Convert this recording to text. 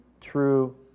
true